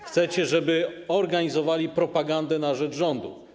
Chcecie, żeby organizowali propagandę na rzecz rządu.